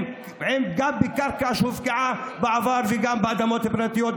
גם בקרקע שהופקעה בעבר וגם באדמות פרטיות,